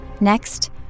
Next